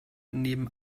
neben